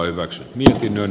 arvoisa puhemies